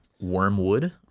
wormwood